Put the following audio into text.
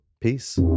peace